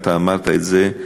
אתה אמרת את זה,